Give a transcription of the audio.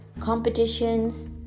competitions